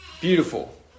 beautiful